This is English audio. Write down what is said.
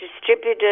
distributed